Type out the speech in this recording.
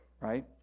right